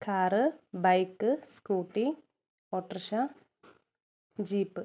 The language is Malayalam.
car bike scooty autorickshaw jeep